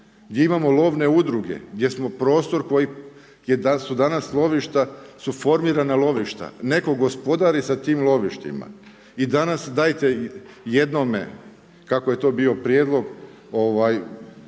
Gdje imamo lovne udruge, gdje smo prostor koji su danas lovišta jesu formirana lovišta. Netko gospodari s tim lovištima i danas dajte jednome kako je to bio prijedlog,